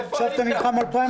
עכשיו הוא נלחם על הפריימריז?